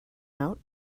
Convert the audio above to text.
out